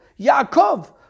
Yaakov